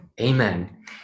Amen